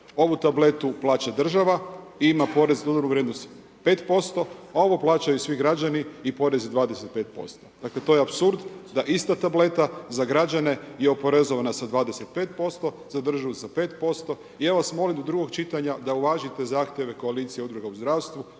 Ovu tabletu plaća država i ima porez na dodanu vrijednost 5%, a ovo plaćaju svi građani i porez je 25%. Dakle to je apsurd da ista tableta za građane je oporezovana sa 25%, za državu 5%. Ja vas molim do drugog čitanja da uvažite zahtjeve koalicije udruga u zdravstvu,